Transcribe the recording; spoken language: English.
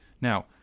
Now